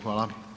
Hvala.